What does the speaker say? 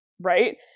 right